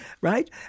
right